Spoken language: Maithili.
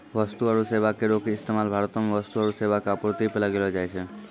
वस्तु आरु सेबा करो के इस्तेमाल भारतो मे वस्तु आरु सेबा के आपूर्ति पे लगैलो जाय छै